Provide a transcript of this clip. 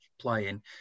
playing